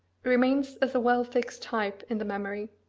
remains as a well-fixed type in the memory.